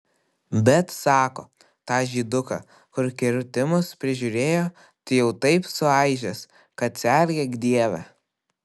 bet sako tą žyduką kur kirtimus prižiūrėjo tai jau taip suaižęs kad sergėk dieve